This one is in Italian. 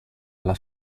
alla